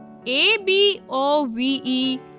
A-B-O-V-E